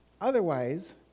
Otherwise